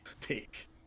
take